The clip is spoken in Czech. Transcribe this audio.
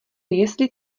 jestli